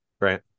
Right